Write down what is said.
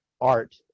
art